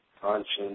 conscience